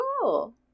cool